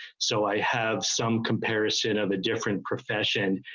so i have some comparison of a different profession.